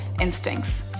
instincts